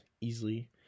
easily